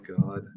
God